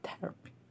therapy